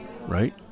right